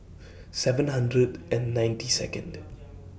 seven hundred and ninety Second